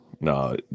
no